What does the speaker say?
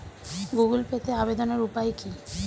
Google পেতে আবেদনের উপায় কি?